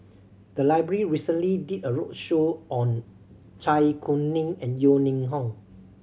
the library recently did a roadshow on Zai Kuning and Yeo Ning Hong